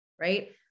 right